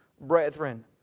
brethren